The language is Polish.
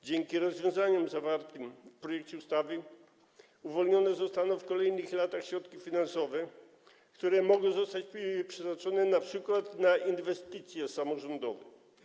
Dzięki rozwiązaniom zawartym w projekcie ustawy uwolnione zostaną w kolejnych latach środki finansowe, które mogą zostać przeznaczone np. na inwestycje samorządowe.